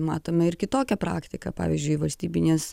matome ir kitokią praktiką pavyzdžiui valstybinės